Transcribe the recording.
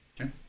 Okay